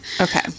Okay